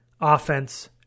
offense